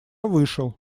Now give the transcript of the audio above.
вышел